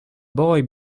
boy